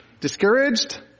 Discouraged